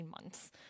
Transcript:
months